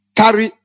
carry